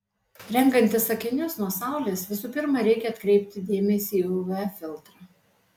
renkantis akinius nuo saulės visų pirma reikia atkreipti dėmesį į uv filtrą